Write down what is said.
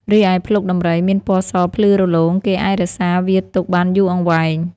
រីឯ ភ្លុកដំរីមានពណ៌សភ្លឺរលោង គេអាចរក្សាវាទុកបានយូរអង្វែង។